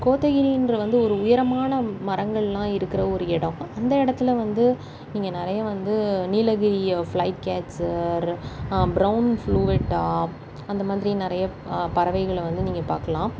கோத்தகிரின்றது வந்து ஒரு உயரமான மரங்கள்லாம் இருக்கிற ஒரு இடம் அந்த இடத்துல வந்து நீங்கள் நிறைய வந்து Nilgiri flycatcher brown fulvetta அந்த மாதிரி நிறைய பறவைகளை வந்து நீங்கள் பார்க்கலாம்